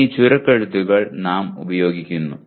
എന്നീ ചുരുക്കെഴുത്തുകൾ നാം ഉപയോഗിക്കുന്നു